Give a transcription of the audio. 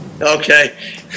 Okay